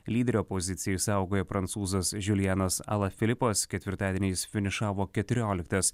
lyderio poziciją išsaugojo prancūzas žiulijanas ala filipas ketvirtadienį jis finišavo keturioliktas